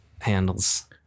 handles